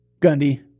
Gundy